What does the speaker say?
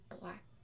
black